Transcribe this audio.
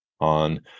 on